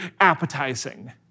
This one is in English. appetizing